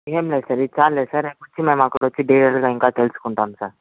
ఏమి లేదు సార్ ఇది చాల్లే సార్ రేపు వచ్చి మేము అక్కడికి వచ్చి డీటెయిల్గా ఇంకా తెలుసుకుంటాం సార్